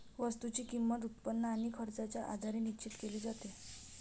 वस्तूची किंमत, उत्पन्न आणि खर्चाच्या आधारे निश्चित केली जाते